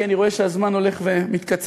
כי אני רואה שהזמן הולך ומתקצר.